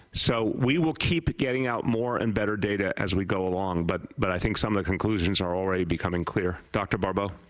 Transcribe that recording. so we will keep getting out more and better data as we go along, but but i think some ah conclusions are already becoming clear. dr. barbeau?